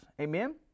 amen